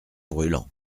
brûlant